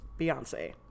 Beyonce